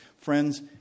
Friends